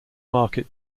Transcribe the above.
market